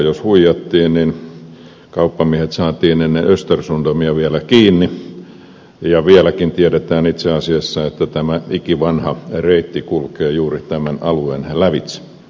jos huijattiin niin kauppamiehet saatiin ennen östersundomia vielä kiinni ja vieläkin tiedetään itse asiassa että tämä ikivanha reitti kulkee juuri tämän alueen lävitse